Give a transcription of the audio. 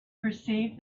perceived